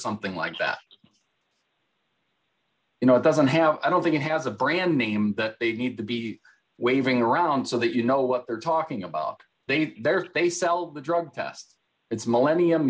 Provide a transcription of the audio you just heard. something like that you know it doesn't have i don't think it has a brand name that they need to be waving around so that you know what they're talking about they think they're they sell the drug tests it's millennium